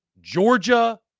Georgia